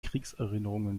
kriegserinnerungen